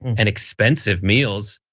and expensive meals.